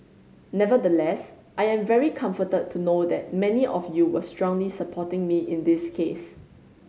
nevertheless I am very comforted to know that many of you were strongly supporting me in this case